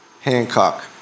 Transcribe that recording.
Hancock